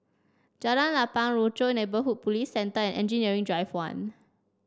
Jalan Lapang Rochor Neighborhood Police Centre and Engineering Drive One